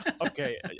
okay